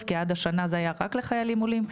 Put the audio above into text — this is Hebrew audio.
כי עד השנה זה היה רק לחיילים עולים.